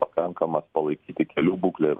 pakankamas palaikyti kelių būklę ir